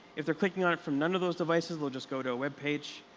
if they're clicking on it from none of those devices we'll just go to a web page.